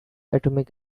atomic